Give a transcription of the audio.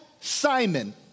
Simon